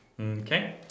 Okay